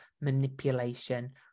manipulation